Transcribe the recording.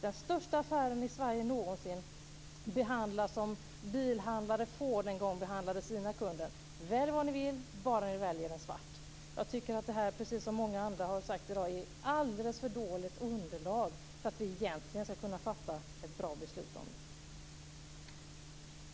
Den största affären i Sverige någonsin behandlas som bilhandlare Ford en gång behandlade sina kunder: Välj vad ni vill, bara ni väljer en svart. Jag tycker, precis som många andra har sagt i dag, att det här är ett alldeles för dåligt underlag för att vi skall kunna fatta ett bra beslut.